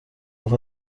گفت